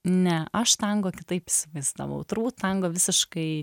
ne aš tango kitaip įsivaizdavau turbūt tango visiškai